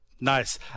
Nice